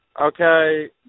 okay